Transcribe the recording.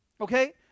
Okay